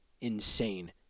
insane